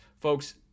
Folks